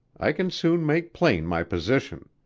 i can soon make plain my position.